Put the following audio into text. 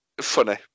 Funny